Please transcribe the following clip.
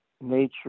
nature